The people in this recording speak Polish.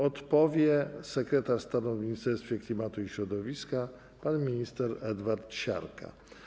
Odpowie sekretarz stanu w Ministerstwie Klimatu i Środowiska pan minister Edward Siarka.